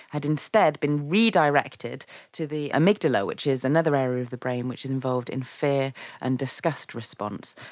had instead been redirected to the amygdala, which is another area of the brain which is involved in fear and disgust response.